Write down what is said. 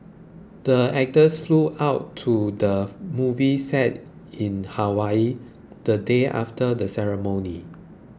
the actors flew out to the movie set in Hawaii the day after the ceremony